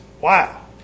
Wow